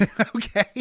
Okay